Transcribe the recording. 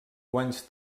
guanys